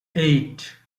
eight